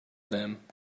them